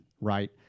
right